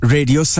Radio